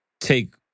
take